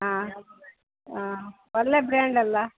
ಹಾಂ ಹಾಂ ಒಳ್ಳೆ ಬ್ರ್ಯಾಂಡ್ ಅಲ್ವಾ